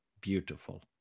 Beautiful